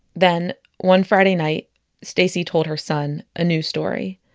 then, one friday night stacie told her son a new story.